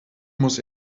muss